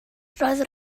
roedd